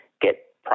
get